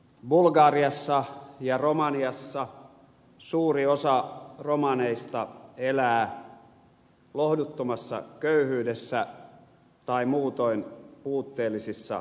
bulgariassa ja romaniassa suuri osa romaneista elää lohduttomassa köyhyydessä tai muutoin puutteellisissa oloissa